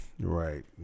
Right